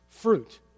Fruit